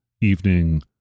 evening